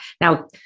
Now